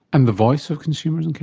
and the voice of consumers and